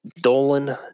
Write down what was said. Dolan